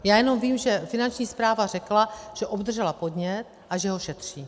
Já jenom vím, že Finanční správa řekla, že obdržela podnět a že ho šetří.